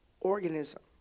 organism